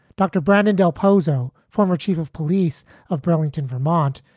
dr. brandon del pozo, former chief of police of burlington, vermont.